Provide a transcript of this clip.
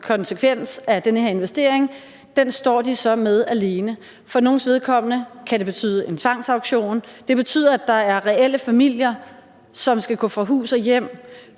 konsekvens af den her investering står de så med alene. For nogles vedkommende kan det betyde en tvangsauktion. Det betyder, at der reelt er familier, som skal gå fra hus og hjem,